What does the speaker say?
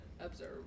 observe